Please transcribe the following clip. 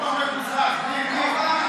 בעד,